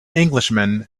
englishman